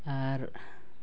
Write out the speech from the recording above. ᱟᱨ